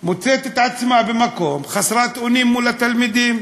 מוצאת את עצמה במקום, חסרת אונים מול התלמידים.